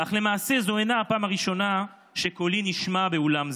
אך למעשה זו אינה הפעם הראשונה שקולי נשמע באולם זה.